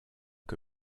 que